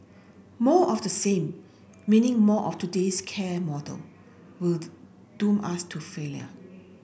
more of the same meaning more of today's care model will doom us to failure